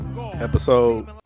Episode